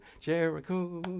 Jericho